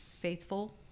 faithful